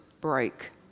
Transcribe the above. break